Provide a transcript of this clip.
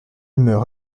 meurt